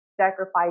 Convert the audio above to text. sacrifice